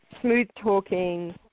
smooth-talking